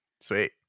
Sweet